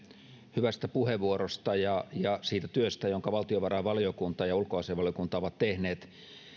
hyvästä puheenvuorosta ja ja siitä työstä jonka valtiovarainvaliokunta ja ulkoasiainvaliokunta ovat tehneet